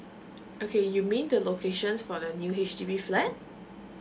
okay you mean the locations for the new H_D_B flat